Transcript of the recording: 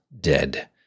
dead